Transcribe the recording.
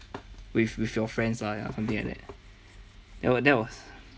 with with your friends lah ya something like that that that that was